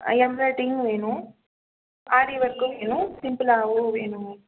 எம்ராய்டிங்கும் வேணும் ஆரி ஒர்க்கும் வேணும் சிம்புளாகவும் வேணுங்க